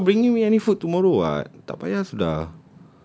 ya but you not bringing me any food tomorrow [what] tak payah sudah